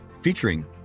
featuring